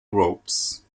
ropes